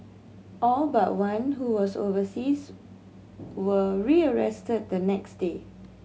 all but one who was overseas were rearrested the next day